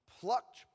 plucked